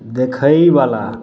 देखैबला